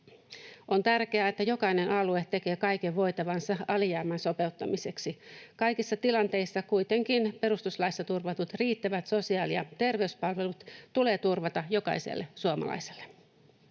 On tärkeää, että jokainen alue tekee kaiken voitavansa alijäämän sopeuttamiseksi. Kaikissa tilanteissa kuitenkin perustuslaissa turvatut, riittävät sosiaali- ja terveyspalvelut tulee turvata jokaiselle suomalaiselle.